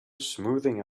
smoothing